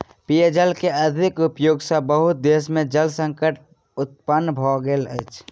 पेयजल के अधिक उपयोग सॅ बहुत देश में जल संकट उत्पन्न भ गेल अछि